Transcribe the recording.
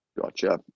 Gotcha